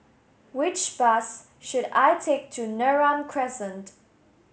which bus should I take to Neram Crescent